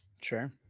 Sure